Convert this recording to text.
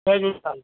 Jay Jhulelal